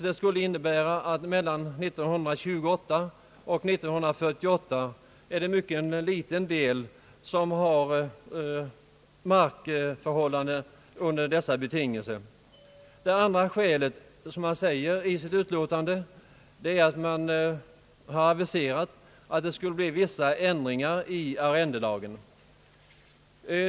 Det skulle innebära att mellan år 1928 och år 1948 en mycket liten del haft mark under dessa betingelser. Det andra skälet som anges i utlåtandet är att man har aviserat att det skulle bli vissa ändringar i arrendela gen.